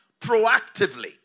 proactively